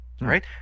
Right